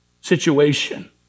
situation